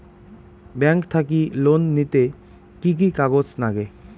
Bank থাকি loan নিতে কি কি কাগজ নাগে?